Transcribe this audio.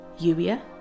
Yuya